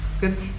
Good